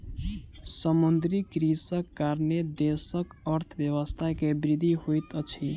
समुद्रीय कृषिक कारणेँ देशक अर्थव्यवस्था के वृद्धि होइत अछि